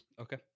Okay